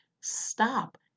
Stop